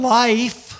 life